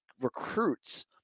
recruits